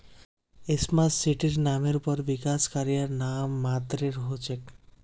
smart सिटीर नामेर पर विकास कार्य नाम मात्रेर हो छेक